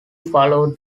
followed